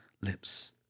lips